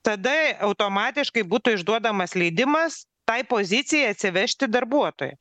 tada automatiškai būtų išduodamas leidimas tai pozicijai atsivežti darbuotoją